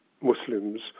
Muslims